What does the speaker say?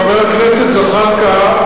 חבר הכנסת זחאלקה,